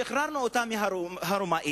שחררנו אותה מהרומאים,